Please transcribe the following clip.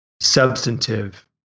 substantive